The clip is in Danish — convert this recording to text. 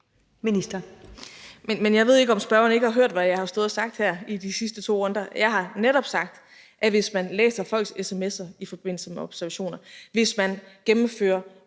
Krag): Men jeg ved ikke, om spørgeren ikke har hørt, hvad jeg har stået og sagt her de sidste to runder. Jeg har netop sagt, at hvis man læser folks sms'er i forbindelse med observationer, hvis man gennemfører